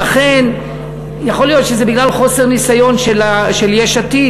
לכן, יכול להיות שזה בגלל חוסר ניסיון של יש עתיד.